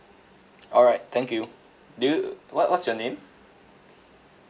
alright thank you do you what what's your name